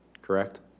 Correct